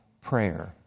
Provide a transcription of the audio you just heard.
prayer